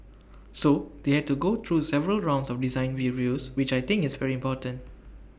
so they had to go through several rounds of design reviews which I think is very important